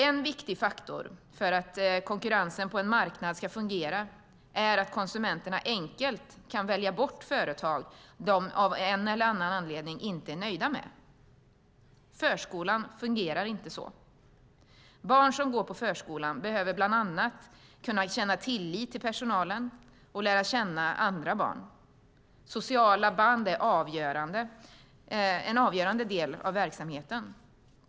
En viktig faktor för att konkurrensen på en marknad ska fungera är att konsumenterna enkelt kan välja bort företag som de av en eller annan anledning inte är nöjda med. Förskolan fungerar inte så. Barn som går på förskolan behöver bland annat kunna känna tillit till personalen och lära känna andra barn. Sociala band är en avgörande del av verksamheten.